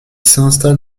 s’installe